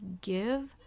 give